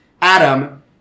Adam